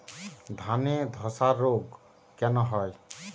ধানে ধসা রোগ কেন হয়?